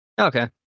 Okay